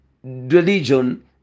religion